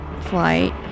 flight